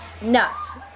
Nuts